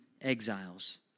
exiles